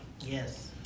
Yes